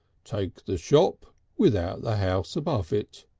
take the shop without the house above it.